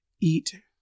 eat